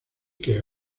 que